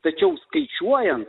tačiau skaičiuojant